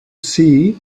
see